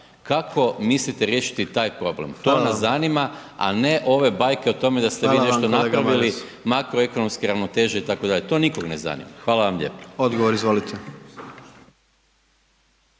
kako mislite riješiti taj problem, to me zanima a ne ove bajke o tome da se ste vi nešto napravili, makroekonomske ravnoteže itd., to nikog ne zanima, hvala vam lijepa. **Jandroković,